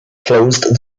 closed